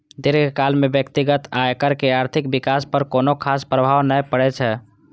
दीर्घकाल मे व्यक्तिगत आयकर के आर्थिक विकास पर कोनो खास प्रभाव नै पड़ै छै